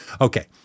Okay